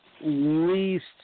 least